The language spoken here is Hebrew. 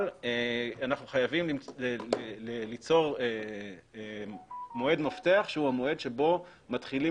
אבל אנחנו חייבים ליצור מועד מפתח שהוא המועד שבו מתחילים